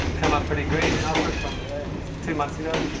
come up pretty green, alfred, from two months ago?